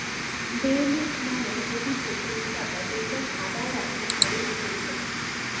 বে লিফ মানে হতিছে তেজ পাতা যেইটা খাবার রান্না করে দিতেছে